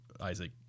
Isaac